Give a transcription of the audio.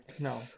No